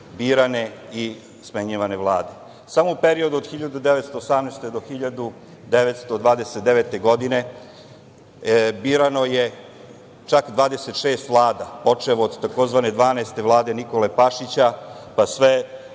birane i smenjivane vlade. Samo u periodu od 1918. do 1929. godine birano je čak 26 vlada, počev od tzv. 12. Vlade Nikole Pašića, pa sve